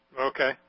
Okay